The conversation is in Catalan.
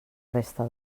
resta